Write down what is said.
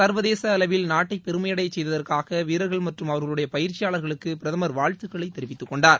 சர்வதேச அளவில் நாட்டை பெருமையடையச் செய்ததற்காக வீரர்கள் மற்றும் அவர்களுடைய பயிற்சியாளர்களுக்கு பிரதமர் வாழ்த்துக்களை தெரிவித்துக்கொண்டார்